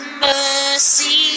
mercy